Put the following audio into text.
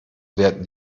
werden